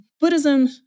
Buddhism